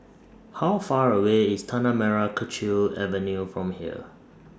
How Far away IS Tanah Merah Kechil Avenue from here